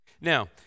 Now